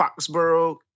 Foxborough